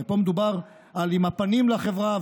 הרי פה מדובר על "עם הפנים לחברה",